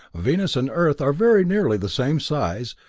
venus and earth are very nearly the same size,